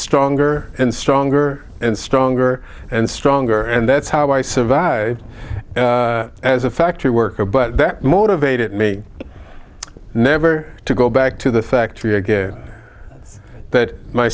stronger and stronger and stronger and stronger and that's how i survived as a factory worker but that motivated me never to go back to the factory again that my